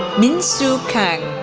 minsoo kang,